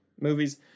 movies